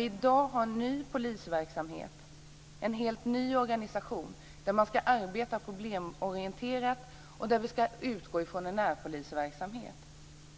I dag har vi en ny polisverksamhet med en helt ny organisation där man ska arbeta problemorienterat och där man ska utgå från en närpolisverksamhet.